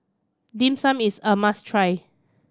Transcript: Dim Sum is a must try